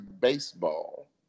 baseball